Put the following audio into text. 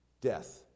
Death